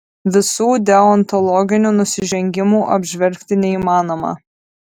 visų deontologinių nusižengimų apžvelgti neįmanoma